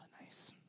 Nice